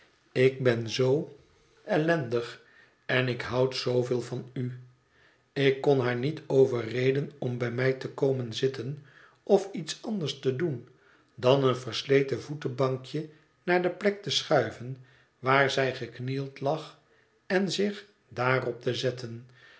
ik ben zoo ellendig en ik houd zooveel van u ik kon haar niet overreden om bij mij te komen zitten of iets anders te doen dan een versleten voetbankje naar de plek te schuiven waar zij geknield lag en zich daarop te zetten